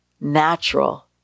natural